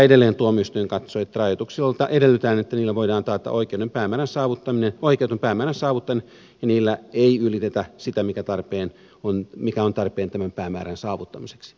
edelleen tuomioistuin katsoi että rajoituksilta edellytetään että niillä voidaan taata oikeutetun päämäärän saavuttaminen ja niillä ei ylitetä sitä mikä on tarpeen tämän päämäärän saavuttamiseksi